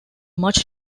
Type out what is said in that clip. much